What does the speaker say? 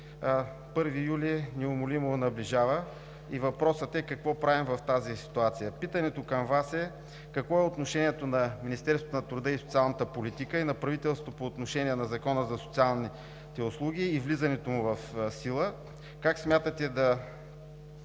1 юли неумолимо наближава и въпросът е: какво правим в тази ситуация? Питането към Вас е: какво е отношението на Министерството на труда и социалната политика и на правителството по отношение на Закона за социалните услуги и влизането му в сила? Как смятате да